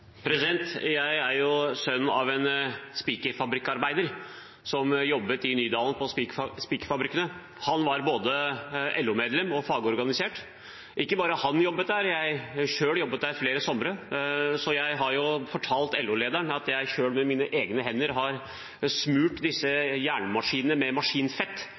Jeg er sønn av en spikerfabrikkarbeider som jobbet på spikerfabrikk i Nydalen. Han var både LO-medlem og fagorganisert. Og ikke bare jobbet han der, jeg jobbet selv der flere somre, så jeg har fortalt LO-lederen at jeg med mine egne hender har smurt disse jernmaskinene med maskinfett.